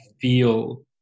feel